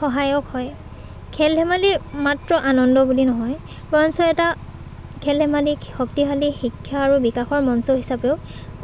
সহায়ক হয় খেল ধেমালি মাত্ৰ আনন্দ বুলি নহয় বৰঞ্চ এটা খেল ধেমালিক শক্তিশালী শিক্ষা আৰু বিকাশৰ মঞ্চ হিচাপেও